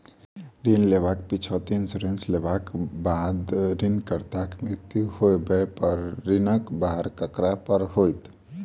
ऋण लेबाक पिछैती इन्सुरेंस लेबाक बाद ऋणकर्ताक मृत्यु होबय पर ऋणक भार ककरा पर होइत?